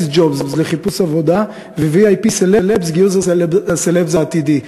Xjobs לחיפוש עבודה ו-VIP Celebs לגיוס הסלב העתידי.